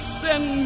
send